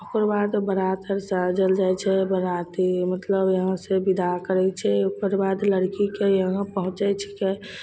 ओकरबाद तब बरातसभ साजल जाइ छै बराती मतलब यहाँसे बिदा करै छै ओकरबाद लड़कीके यहाँ पहुँचै छिकै